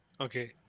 Okay